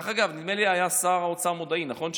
דרך אגב, נדמה לי שאז שר האוצר היה מודעי, נכון?